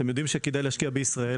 אתם יודעים שכדאי להשקיע בישראל?",